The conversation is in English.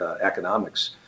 economics